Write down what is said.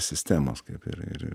sistemos kaip ir ir